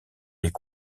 est